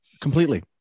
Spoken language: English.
Completely